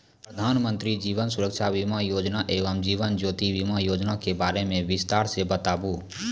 प्रधान मंत्री जीवन सुरक्षा बीमा योजना एवं जीवन ज्योति बीमा योजना के बारे मे बिसतार से बताबू?